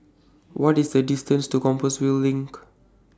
What IS The distance to Compassvale LINK